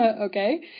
Okay